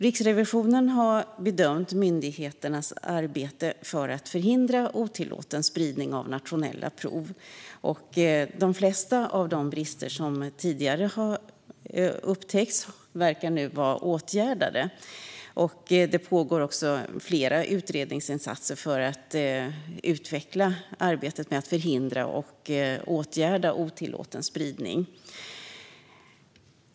Riksrevisionen har bedömt myndigheternas arbete för att förhindra otillåten spridning av nationella prov. De flesta av de brister som tidigare har upptäckts verkar nu vara åtgärdade. Det pågår också flera utredningsinsatser för att utveckla arbetet med att förhindra och åtgärda otillåten spridning.